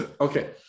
Okay